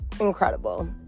incredible